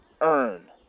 earn